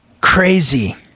crazy